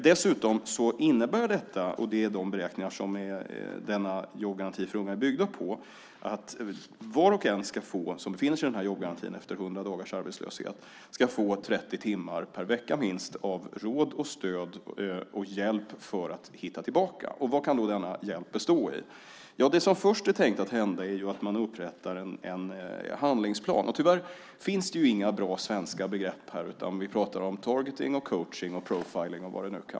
Dessutom innebär detta - de beräkningar som jobbgarantin för unga är byggd på - att var och en som finns i jobbgarantin efter 100 dagars arbetslöshet ska få minst 30 timmar per vecka av råd, stöd och hjälp för att hitta tillbaka. Vad kan denna hjälp bestå i? Det som först är tänkt att hända är att man upprättar en handlingsplan. Tyvärr finns det inga bra svenska begrepp här. Vi pratar om targeting, coaching och profiling .